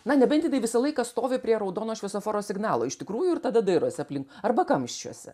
na nebent jinai visą laiką stovi prie raudono šviesoforo signalo iš tikrųjų ir tada dairosi aplink arba kamščiuose